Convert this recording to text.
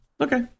Okay